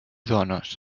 dones